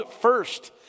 first